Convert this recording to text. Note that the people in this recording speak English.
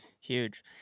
Huge